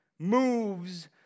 moves